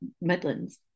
Midlands